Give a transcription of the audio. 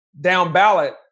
down-ballot